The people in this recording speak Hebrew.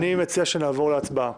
אני מציע שנעבור להצבעה